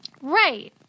Right